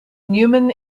neumann